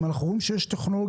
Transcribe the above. אם אנחנו רואים שיש טכנולוגיה,